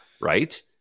right